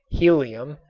helium,